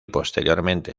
posteriormente